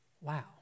Wow